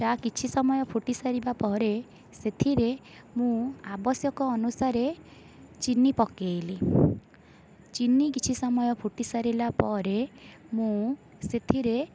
ଚା' କିଛି ସମୟ ଫୁଟି ସାରିବା ପରେ ସେଥିରେ ମୁଁ ଆବଶ୍ୟକ ଅନୁସାରେ ଚିନି ପକାଇଲି ଚିନି କିଛି ସମୟ ଫୁଟି ସାରିଲା ପରେ ମୁଁ ସେଥିରେ